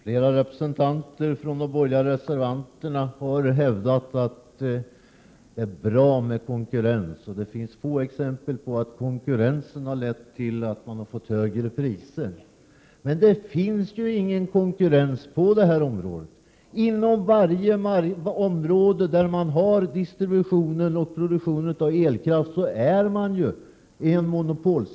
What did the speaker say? Herr talman! Flera av de borgerliga reservanterna hävdade att det är bra med konkurrens och att det finns få exempel på att konkurrens har lett till högre priser. Men det finns ju ingen konkurrens på detta område. Inom varje område där det förekommer distribution eller produktion av elkraft handlar det ju om monopol.